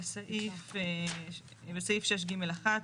בסעיף 6(ג)(1).